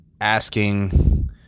asking